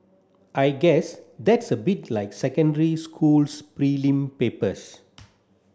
I guess that's a bit like secondary school's prelim papers